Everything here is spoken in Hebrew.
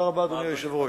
אדוני היושב-ראש,